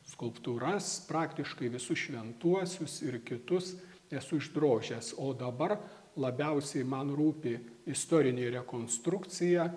skulptūras praktiškai visus šventuosius ir kitus esu išdrožęs o dabar labiausiai man rūpi istorinė rekonstrukcija